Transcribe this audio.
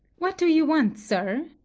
what do you want, sir?